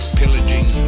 pillaging